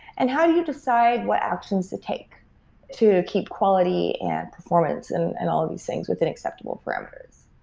and how do you decide what actions to take to keep quality and performance and and all of these things within acceptable parameters?